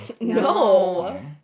No